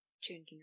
changing